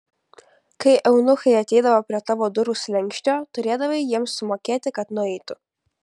kai eunuchai ateidavo prie tavo durų slenksčio turėdavai jiems sumokėti kad nueitų